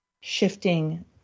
shifting